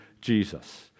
Jesus